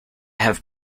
have